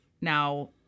now